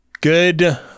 Good